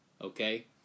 okay